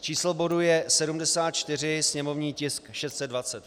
Číslo bodu je 74, sněmovní tisk 620.